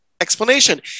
explanation